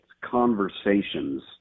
conversations